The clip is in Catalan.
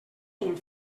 ton